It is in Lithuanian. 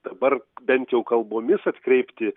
dabar bent jau kalbomis atkreipti